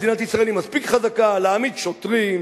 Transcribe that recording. מדינת ישראל היא מספיק חזקה להעמיד שוטרים,